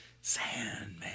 Sandman